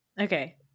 Okay